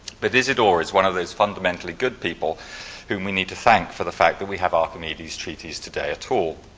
but isadora is one of those fundamentally good people who we need to thank for the fact that we have archimedes treatise today at all.